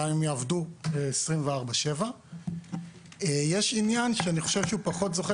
גם אם יעבדו 24/7. יש עניין שפחות זוכה